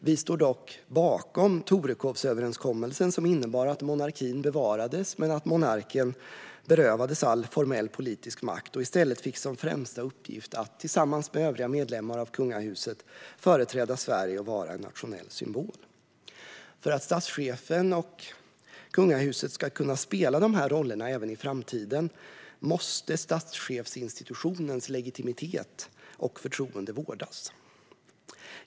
Vi står dock bakom Torekovsöverenskommelsen, som innebar att monarkin bevarades men att monarken berövades all formell politisk makt och i stället fick som främsta uppgift att tillsammans med övriga medlemmar av kungahuset företräda Sverige och vara en nationell symbol. För att statschefen och kungahuset ska kunna spela dessa roller även i framtiden måste statschefsinstitutionens legitimitet och förtroende vårdas.